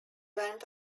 went